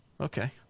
okay